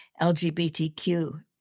LGBTQ